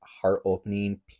heart-opening